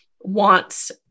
wants